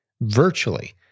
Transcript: virtually